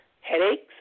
headaches